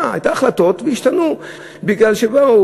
היו החלטות והשתנו בגלל שבאו,